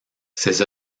ses